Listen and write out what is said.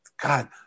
God